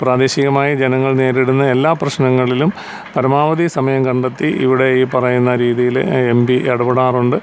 പ്രാദേശികമായി ജനങ്ങൾ നേരിടുന്ന എല്ലാ പ്രശ്നങ്ങളിലും പരമാവധി സമയം കണ്ടെത്തി ഇവിടെ ഈ പറയുന്ന രീതിയിൽ എം പി ഇടപെടാറുണ്ട്